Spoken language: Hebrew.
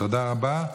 תודה רבה.